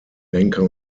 denker